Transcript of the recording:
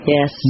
Yes